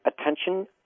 attention